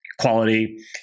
quality